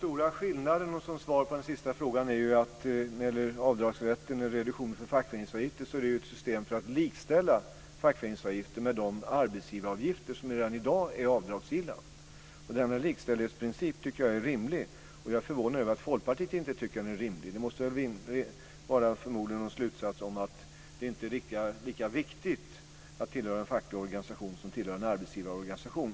Fru talman! Som svar på den sista frågan vill jag säga att den stora skillnaden ligger i att avdragsrätten för fackföreningsavgifter är en del av ett system för att likställa fackföreningsavgifterna med de arbetsgivaravgifter som redan i dag är avdragsgilla. Den likställighetsprincipen är rimlig, tycker jag, och det förvånar mig att Folkpartiet inte tycker att den är rimlig. Det anses förmodligen inte lika viktigt att tillhöra en facklig organisation som att tillhöra en arbetsgivarorganisation.